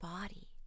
body